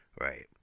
Right